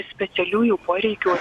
specialiųjų poreikių